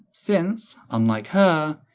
since, unlike her,